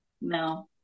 no